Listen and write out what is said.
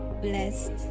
blessed